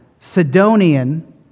Sidonian